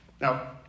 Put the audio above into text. Now